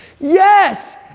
Yes